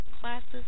classes